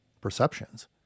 perceptions